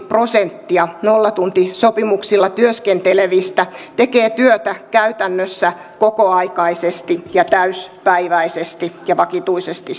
prosenttia nollatuntisopimuksilla työskentelevistä tekee työtä käytännössä kokoaikaisesti täyspäiväisesti ja vakituisesti